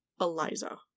eliza